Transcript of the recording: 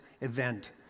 event